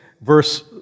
verse